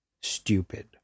stupid